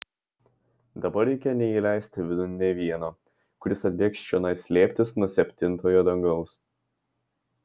dabar reikia neįleisti vidun nė vieno kuris atbėgs čionai slėptis nuo septintojo dangaus